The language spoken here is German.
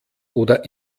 oder